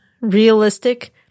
realistic